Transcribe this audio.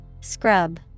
Scrub